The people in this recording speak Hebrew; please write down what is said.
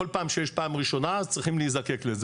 כל פעם שיש פעם ראשונה אז צריכים להיזקק לזה,